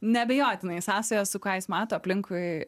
neabejotinai sąsaja su ką jis mato aplinkui